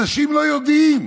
אנשים לא יודעים.